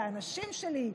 זה האנשים שלי,